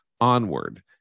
onward